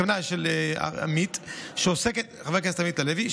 הכוונה של חבר הכנסת עמית הלוי,